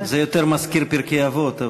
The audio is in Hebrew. זה יותר מזכיר פרקי אבות,